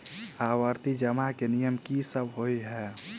आवर्ती जमा केँ नियम की सब होइ है?